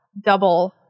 double